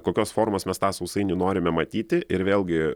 kokios formos mes tą sausainį norime matyti ir vėlgi